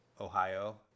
Ohio